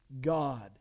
God